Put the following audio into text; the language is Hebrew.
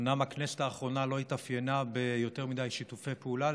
אומנם הכנסת האחרונה לא התאפיינה ביותר מדי שיתופי פעולה,